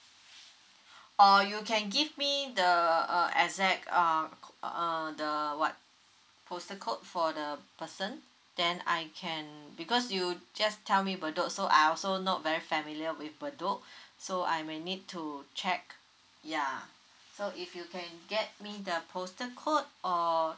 or you can give me the uh exact err co~ err the what postal code for the person then I can because you just tell me bedok so I also not very familiar with bedok so I may need to check yeah so if you can get me the postal code or